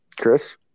Chris